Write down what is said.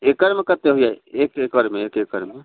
एकड़मे कते होइया एक एकड़मे एक एकड़मे